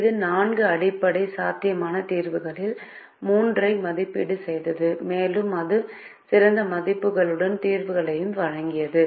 இது 4 அடிப்படை சாத்தியமான தீர்வுகளில் 3 ஐ மதிப்பீடு செய்தது மேலும் இது சிறந்த மதிப்புகளுடன் தீர்வுகளையும் வழங்கியது